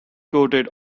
coated